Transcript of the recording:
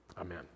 Amen